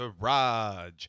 garage